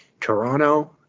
Toronto